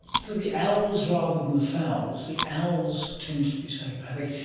so the owls rather than the fowls, the owls tended to be psychopathic.